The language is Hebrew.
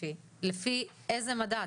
הספציפי - לפי איזה מדד?